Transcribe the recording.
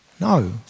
No